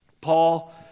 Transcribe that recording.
Paul